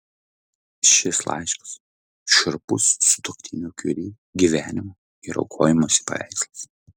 šis laiškas šiurpus sutuoktinių kiuri gyvenimo ir aukojimosi paveikslas